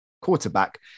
quarterback